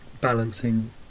balancing